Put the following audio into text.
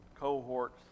cohorts